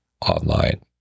online